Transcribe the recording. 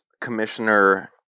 commissioner